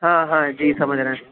ہاں ہاں جی سمجھ رہے ہیں